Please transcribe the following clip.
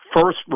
first